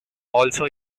also